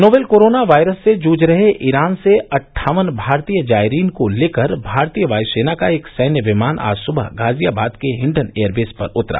novel corona virus से जूझ रहे ईरान से अट्ठावन भारतीय जायरीन को लेकर भारतीय वायुसेना का एक सैन्य विमान आज सुबह गाजियाबाद के हिंडन एयरबेस पर उतरा